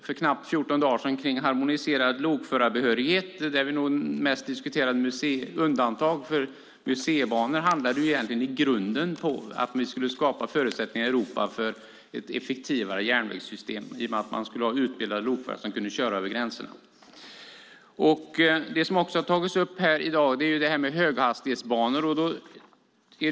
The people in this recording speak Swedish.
För knappt 14 dagar sedan diskuterade vi en harmoniserad lokförarbehörighet. Vi diskuterade då mest undantag för museibanor. Diskussionen handlade i grunden om att vi skulle skapa förutsättningar i Europa för ett effektivare järnvägssystem i och med att man skulle ha utbildade lokförare som kan köra över gränserna. I dag har även frågan om höghastighetsbanor tagits upp.